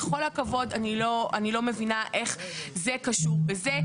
בכל הכבוד, אני לא מבינה איך זה קשור בזה.